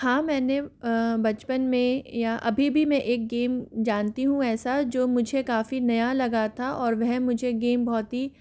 हाँ मैंने बचपन में या अभी भी मैं एक गेम जानती हूँ ऐसा जो मुझे काफ़ी नया लगा था और वह मुझे गेम बहुत ही